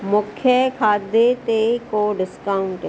मूंखे खाधे ते को डिस्काउन्ट